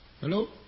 Hello